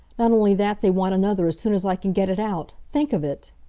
not only that, they want another, as soon as i can get it out. think of it!